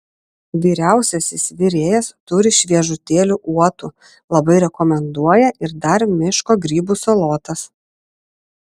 vyriausiasis virėjas turi šviežutėlių uotų labai rekomenduoja ir dar miško grybų salotas